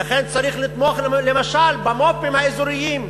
ולכן צריך לתמוך, למשל, במו"פים האזוריים,